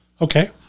Okay